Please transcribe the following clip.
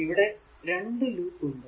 ഇവിടെ 2 ലൂപ്പ് ഉണ്ട്